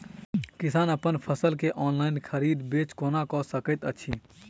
किसान अप्पन फसल केँ ऑनलाइन खरीदै बेच केना कऽ सकैत अछि?